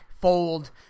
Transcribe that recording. fold